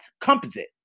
Composite